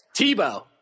Tebow